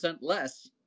less